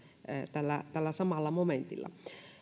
tällä tällä samalla momentilla